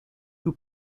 who